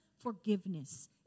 Forgiveness